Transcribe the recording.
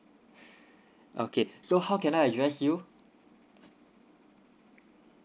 okay so how can I address you